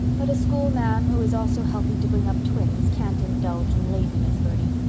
but a schoolma'am, who is also helping to bring up twins, can't indulge in laziness, birdie.